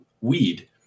weed